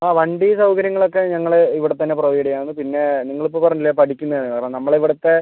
ആ വണ്ടി സൗകര്യങ്ങൾ ഒക്കെ ഞങ്ങൾ ഇവിടത്തന്നെ പ്രൊവൈഡ് ചെയ്യുകയാണ് പിന്നെ നിങ്ങൾ ഇപ്പം പറഞ്ഞില്ലേ പഠിക്കുന്നതാണ് കാരണം നമ്മള ഇവിടുത്തെ